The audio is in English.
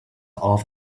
off